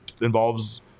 involves